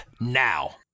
now